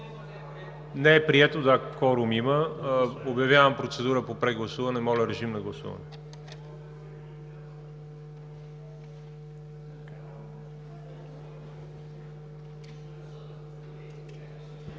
не е прието – кворум има. Обявявам процедура по прегласуване. Моля режим на гласуване.